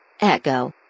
Echo